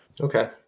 Okay